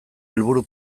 helburu